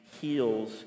heals